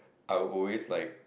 I'll always like